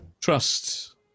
Trust